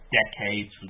decades